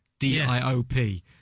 D-I-O-P